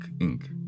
ink